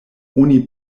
oni